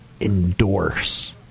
endorse